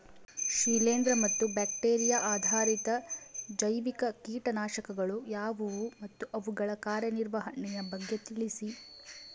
ಶಿಲೇಂದ್ರ ಮತ್ತು ಬ್ಯಾಕ್ಟಿರಿಯಾ ಆಧಾರಿತ ಜೈವಿಕ ಕೇಟನಾಶಕಗಳು ಯಾವುವು ಮತ್ತು ಅವುಗಳ ಕಾರ್ಯನಿರ್ವಹಣೆಯ ಬಗ್ಗೆ ತಿಳಿಸಿ?